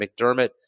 McDermott